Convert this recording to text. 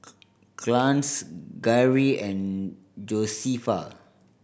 Clarnce Garry and Josefa